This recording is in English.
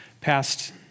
past